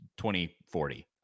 2040